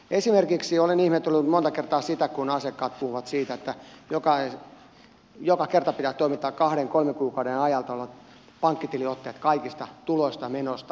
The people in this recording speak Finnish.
esimerkiksi olen ihmetellyt monta kertaa sitä kun asiakkaat puhuvat siitä että joka kerta pitää toimittaa kahden kolmen kuukauden ajalta olevat pankkitiliotteet kaikista tuloista ja menoista